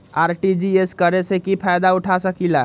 RTGS करे से की फायदा उठा सकीला?